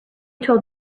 told